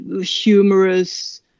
humorous